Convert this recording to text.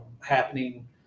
happening